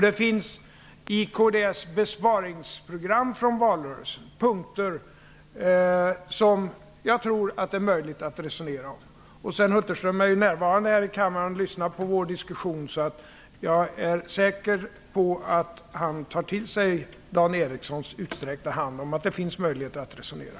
Det finns i kds besparingsprogram från valrörelsen punkter som jag tror att det är möjligt att resonera om. Sven Hulterström är närvarande här i kammaren och lyssnar på vår diskussion, och jag är säker på att han tar till sig Dan Ericssons utsträckta hand och att det finns möjligheter att resonera.